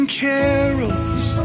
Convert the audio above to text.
carols